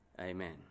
amen